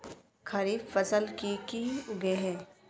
खरीफ फसल की की उगैहे?